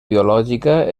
biològica